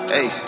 Hey